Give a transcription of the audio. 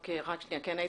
בבקשה.